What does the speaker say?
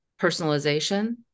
personalization